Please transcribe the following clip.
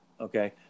Okay